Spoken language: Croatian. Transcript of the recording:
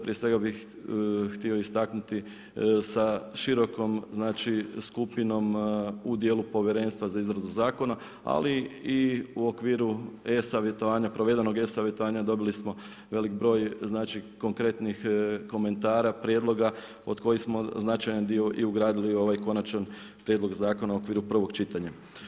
Prije svega bih htio istaknuti sa širokom skupinom u dijelu povjerenstva za izradu zakona, ali i u okviru provedenog E-savjetovanja dobili smo veliki broj konkretnih komentara, prijedloga od kojih smo značajan dio ugradili u ovaj konačni prijedlog zakona u okviru prvog čitanja.